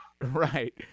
Right